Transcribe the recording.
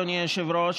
אדוני היושב-ראש,